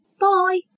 bye